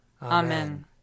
Amen